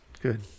Good